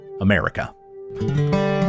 America